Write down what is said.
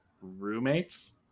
roommates